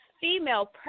female